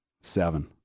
Seven